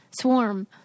Swarm